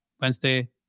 Wednesday